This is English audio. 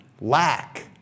lack